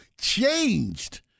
changed